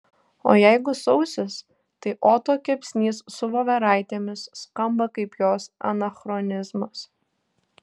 o jeigu sausis tai oto kepsnys su voveraitėmis skamba kaip jos anachronizmas